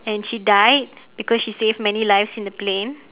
and she died because she saved many lives in the plane